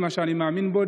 את מה שאני מאמין בו,